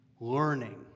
learning